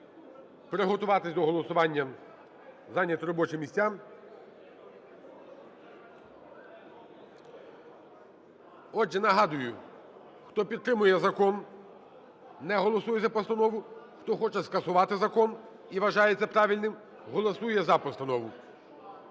приготуватись до голосування, зайняти робочі місця. Отже, нагадую: хто підтримує закон – не голосує за постанову, хто хоче скасувати закон і вважає це правильним – голосує за постанову.